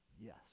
yes